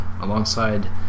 alongside